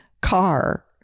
car